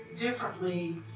differently